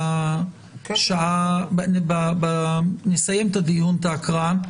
נראה נסיים את ההקראה,